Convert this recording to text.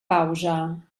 pausa